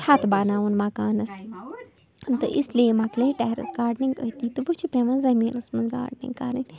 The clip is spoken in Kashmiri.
چھَت بناوُن مکانَس تہٕ اس لیے مَکلے ٹیرٮ۪س گارڈنِنٛگ أتی تہٕ وۄنۍ چھِ پٮ۪وان زٔمیٖنَس منٛز گارڈنِنٛگ کَرٕنۍ